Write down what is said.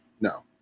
No